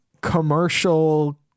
commercial